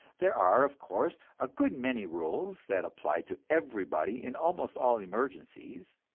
there are, of course, a good many rules that apply to everybody in almost all emergencies,